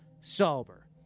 sober